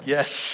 Yes